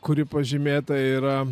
kuri pažymėta yra